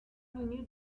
minutes